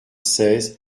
seize